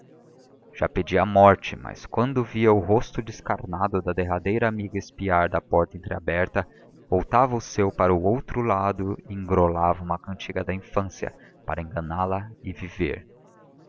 já pedia a morte mas quando via o rosto descarnado da derradeira amiga espiar da porta entreaberta voltava o seu para outro lado e engrolava uma cantiga da infância para enganá la e viver